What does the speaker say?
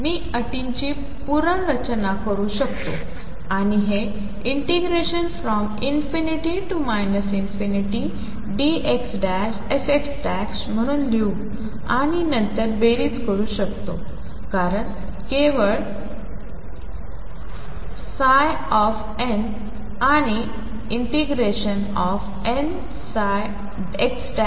मी अटींची पुनर्रचना करू शकतो आणि हे ∞dxfx म्हणून लिहू आणि नंतर बेरीज करू कारण केवळ that n आणिnnxn